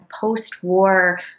post-war